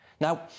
Now